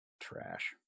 Trash